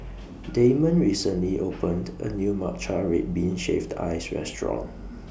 Damon recently opened A New Matcha Red Bean Shaved Ice Restaurant